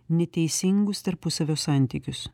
neteisingus tarpusavio santykius